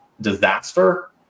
disaster